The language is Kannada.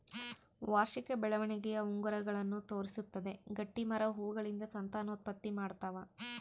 ವಾರ್ಷಿಕ ಬೆಳವಣಿಗೆಯ ಉಂಗುರಗಳನ್ನು ತೋರಿಸುತ್ತದೆ ಗಟ್ಟಿಮರ ಹೂಗಳಿಂದ ಸಂತಾನೋತ್ಪತ್ತಿ ಮಾಡ್ತಾವ